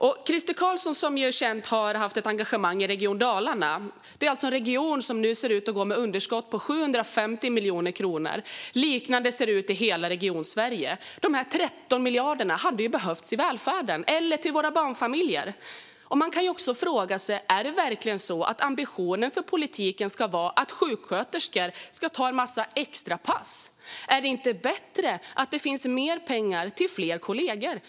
Crister Carlsson har ju haft ett engagemang i Region Dalarna. Detta är en region som nu ser ut att gå med ett underskott på 750 miljoner kronor. Det ser ut på ett liknande sätt i hela Regionsverige. Dessa 13 miljarder hade behövts i välfärden eller till våra barnfamiljer. Man kan också fråga sig om det verkligen är så att ambitionen för politiken ska vara att sjuksköterskor ska ta en massa extrapass. Är det inte bättre att det finns mer pengar till fler kollegor?